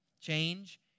Change